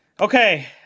okay